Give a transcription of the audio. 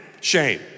shame